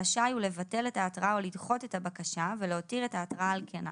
רשאי הוא לבטל את ההתראה או לדחות את הבקשה ולהותיר את ההתראה על כנה.